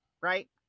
right